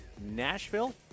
Nashville